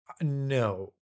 no